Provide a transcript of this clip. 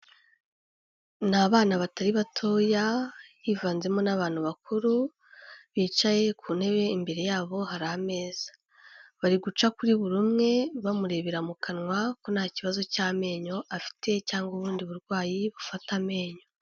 Ni abana batari batoya hivanzemo n'abantu bakuru, bicaye ku ntebe imbere yabo hari ameza, bari guca kuri buri umwe bamurebera mu kanwa ko nta kibazo cy'amenyo afite cyangwa ubundi burwayi bufata amenyo.